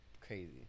crazy